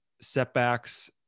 setbacks